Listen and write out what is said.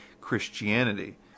Christianity